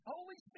Holy